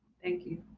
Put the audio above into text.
thank you,